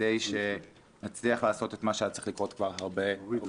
כדי שנצליח לעשות את מה שהיה צריך לקרות כבר הרבה קודם.